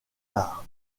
tard